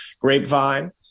Grapevine